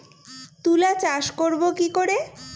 তুলা চাষ করব কি করে?